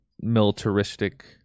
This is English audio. militaristic